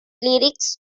lyrics